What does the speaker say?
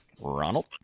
Ronald